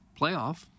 playoff